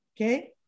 Okay